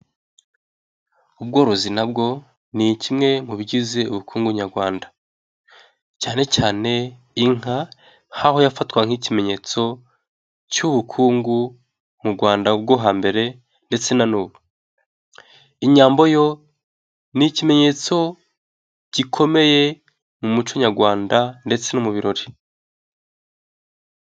Ubworozi nabwo ni kimwe mu bigize ubukungu Nyarwanda, cyane cyane inka aho yafatwa nk'ikimenyetso cy'ubukungu mu Rwanda bwo hambere ndetse na n'ubu. Inyambo yo ni ikimenyetso gikomeye mu muco Nyarwanda ndetse no mu birori.